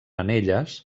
anelles